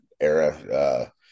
era